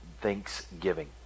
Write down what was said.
thanksgiving